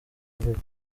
imvugo